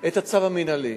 את הצו המינהלי.